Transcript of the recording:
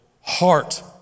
heart